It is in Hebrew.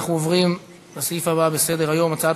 אנחנו עוברים לסעיף הבא בסדר-היום: הצעת